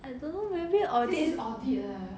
I don't know maybe audit